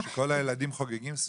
כשכל הילדים חוגגים סביבו.